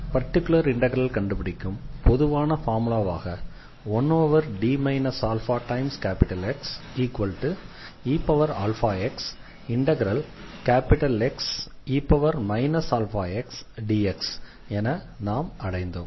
particular இண்டெக்ரலை கண்டுபிடிக்கும் பொதுவான ஃபார்முலாவாக 1D αXeαxXe αxdx என நாம் அடைந்தோம்